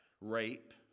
rape